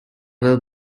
will